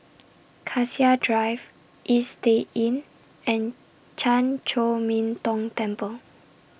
Cassia Drive Istay Inn and Chan Chor Min Tong Temple